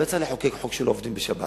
לא היה צריך לחוקק חוק שלא עובדים בשבת.